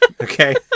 Okay